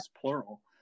plural